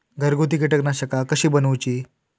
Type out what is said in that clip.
घरगुती कीटकनाशका कशी बनवूची?